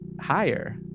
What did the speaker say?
higher